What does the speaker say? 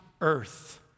earth